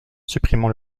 supprimant